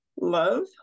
love